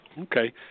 Okay